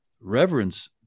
reverence